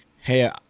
hey